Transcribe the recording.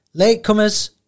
Latecomers